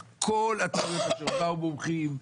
באו מומחים,